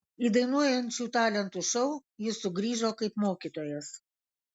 į dainuojančių talentų šou jis sugrįžo kaip mokytojas